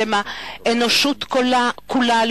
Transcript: בשם האנושות כולה,